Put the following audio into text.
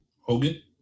Hogan